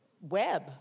web